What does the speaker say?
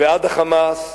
ועד ה"חמאס",